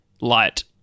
light